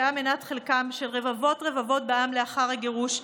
שהיה מנת חלקם של רבבות רבבות בעם לאחר הגירוש,